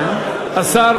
השר